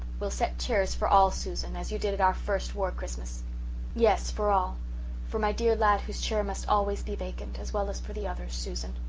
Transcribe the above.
we'll set chairs for all, susan, as you did our first war christmas yes, for all for my dear lad whose chair must always be vacant, as well as for the others, susan.